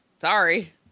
sorry